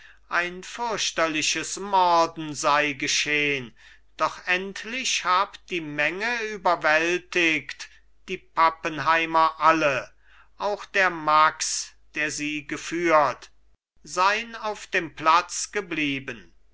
ein fürchterliches morden sei geschehn doch endlich hab die menge überwältigt die pappenheimer alle auch der max der sie geführt sei'n auf dem platz geblieben